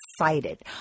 excited